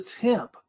Temp